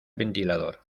ventilador